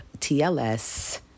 TLS